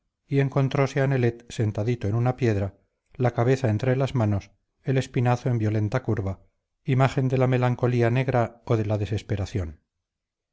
a nelet sentadito en una piedra la cabeza entre las manos el espinazo en violenta curva imagen de la melancolía negra o de la desesperación